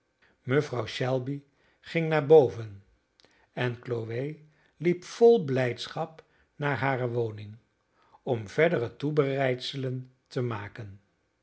mevrouw shelby ging naar boven en chloe liep vol blijdschap naar hare woning om verdere toebereidselen te maken